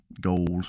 gold